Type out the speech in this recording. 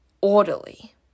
orderly